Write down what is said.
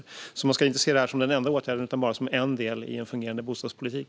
Man ska alltså inte se det här som den enda åtgärden utan bara som en del i en fungerande bostadspolitik.